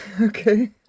okay